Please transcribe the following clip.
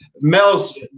Mel's